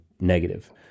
negative